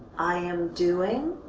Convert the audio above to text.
i am doing.